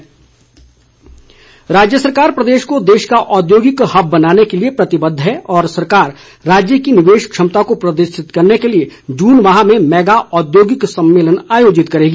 औद्योगिक हब राज्य सरकार प्रदेश को देश का औद्योगिक हब बनाने के लिए प्रतिबद्ध और सरकार राज्य की निवेश क्षमता को प्रदर्शित करने के लिए जून माह में मैगा औद्योगिक सम्मेलन आयोजित करेगी